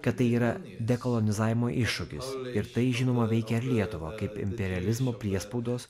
kad tai yra dekalonizavimo iššūkis ir tai žinoma veikia ir lietuvą kaip imperializmo priespaudos